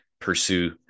pursue